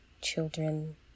children